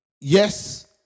yes